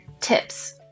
tips